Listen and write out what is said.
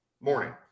morning